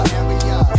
area